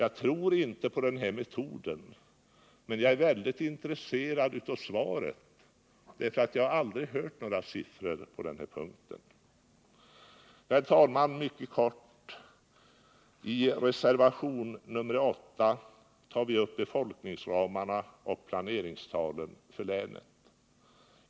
Jag tror inte på denna metod, men jag är väldigt intresserad av svaret, därför att jag har aldrig hört några siffror på den här punkten. Herr talman! Mycket kort: I reservationen 8 tar vi upp befolkningsramarna och planeringstalen för länen.